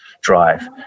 drive